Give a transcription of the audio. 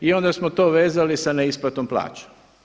I onda smo to vezali sa neisplatom plaća.